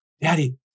Daddy